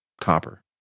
copper